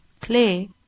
clay